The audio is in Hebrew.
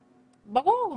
ברור,